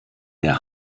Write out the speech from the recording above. der